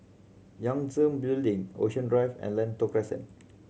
Yangtze Building Ocean Drive and Lentor Crescent